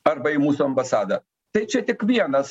arba į mūsų ambasadą tai čia tik vienas